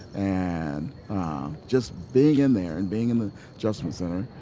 and just being in there and being in the adjustment center,